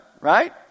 Right